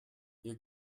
ihr